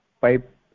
pipe